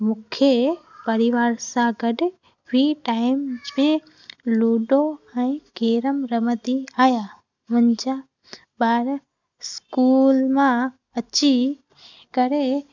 मूंखे परिवार सां गॾु फ़्री टाइम में लूडो ऐं कैरम रमंदी आहियां मुंहिंजा ॿार स्कूल मां अची करे